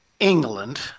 England